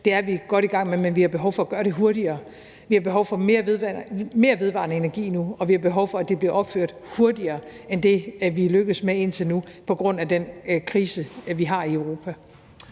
Det er vi godt i gang med, men vi har behov for at gøre det hurtigere. Vi har behov for mere vedvarende energi nu, og vi har behov for, at det bliver opført hurtigere end det, vi er lykkedes med indtil nu, på grund af den krise, vi har i Europa.